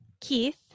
Keith